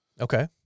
okay